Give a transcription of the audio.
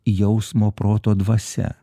jausmo proto dvasia